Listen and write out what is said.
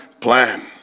plan